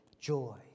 joy